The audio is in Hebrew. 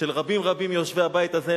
של רבים רבים מיושבי הבית הזה,